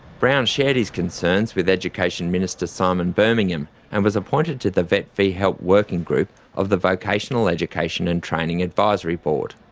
brown shared his concerns with education minister simon birmingham and was appointed to the vet fee-help working group of the vocational education and training advisory board.